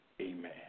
Amen